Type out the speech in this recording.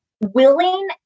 Willing